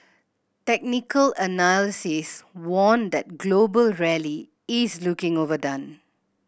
technical analysis warned that global rally is looking overdone